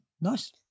nice